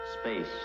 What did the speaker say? Space